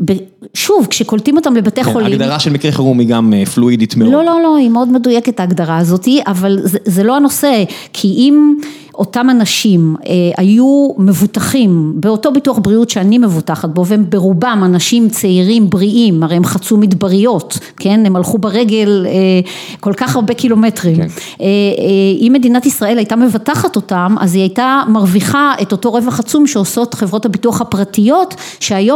שוב, כשקולטים אותם לבתי חולים... הגדרה של מקרה חרום היא גם פלואידית מאוד. לא, לא, לא, היא מאוד מדויקת ההגדרה הזאת, אבל זה לא הנושא. כי אם אותם אנשים היו מבוטחים באותו ביטוח בריאות שאני מבוטחת בו, והם ברובם אנשים צעירים, בריאים, הרי הם חצו מדבריות, כן? הם הלכו ברגל כל כך הרבה קילומטרים. אם מדינת ישראל הייתה מבטחת אותם, אז היא הייתה מרוויחה את אותו רווח עצום שעושות חברות הביטוח הפרטיות, שהיום